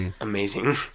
amazing